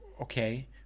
Okay